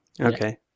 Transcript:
Okay